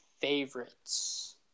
favorites